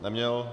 Neměl.